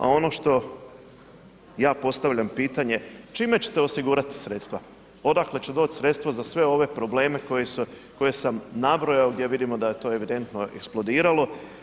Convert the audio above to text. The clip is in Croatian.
A ono što ja postavljam pitanje, čime ćete osigurati sredstva, odakle će doć sredstva za sve ove probleme koje sam nabrojao gdje vidimo da je to evidentno eksplodiralo?